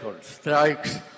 strikes